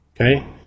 Okay